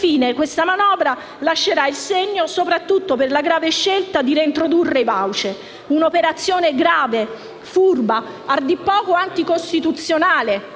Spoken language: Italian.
Infine, questa manovra lascerà il segno sopratutto per la grave scelta di reintrodurre i *voucher:* un'operazione grave, furba, a dir poco anticostituzionale,